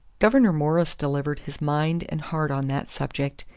gouverneur morris delivered his mind and heart on that subject,